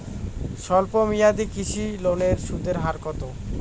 স্বল্প মেয়াদী কৃষি ঋণের সুদের হার কত?